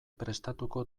prestatuko